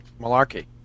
malarkey